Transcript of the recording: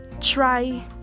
try